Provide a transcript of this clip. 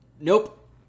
nope